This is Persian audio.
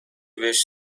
بهش